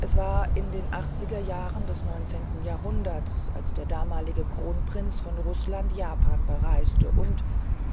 es war in den achtziger jahren des neunzehnten jahrhunderts als der damalige kronprinz von rußland japan bereiste und